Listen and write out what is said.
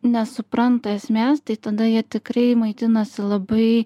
nesupranta esmės tai tada jie tikrai maitinasi labai